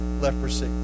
leprosy